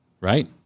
right